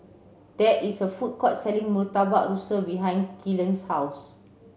there is a food court selling Murtabak Rusa behind Kylan's house